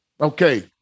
Okay